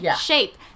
shape